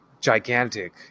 gigantic